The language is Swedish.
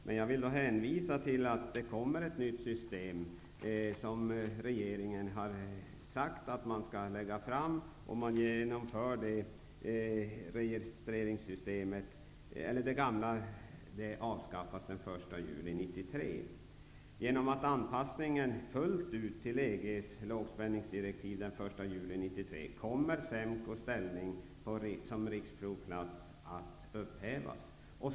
Men jag kan hänvisa till att ett förslag om ett nytt system kommer. Det gamla systemet skall avskaffas den 1 juli 1993. Genom anpassningen fullt ut till EG:s lågspänningsdirektiv den 1 juli 1993 kommer SEMKO:s ställning som riksprovningsplats att upphävas.